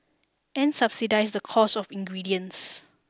and subsidise the cost of ingredients